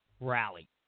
rally